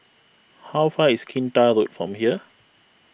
how far is Kinta Road from here